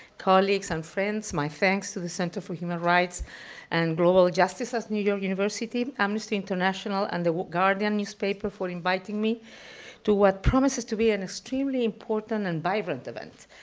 colleagues and friends, my thanks to the center for human rights and global justice at new york university, amnesty international, and the guardian newspaper for inviting me to what promises to be an extremely important and vibrant event.